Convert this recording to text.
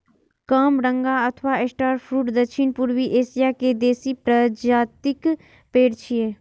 कामरंगा अथवा star fruit दक्षिण पूर्वी एशिया के देसी प्रजातिक पेड़ छियै